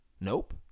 Nope